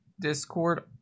Discord